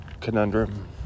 conundrum